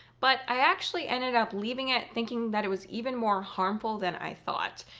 but i actually ended up leaving it thinking that it was even more harmful than i thought,